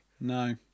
No